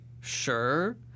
sure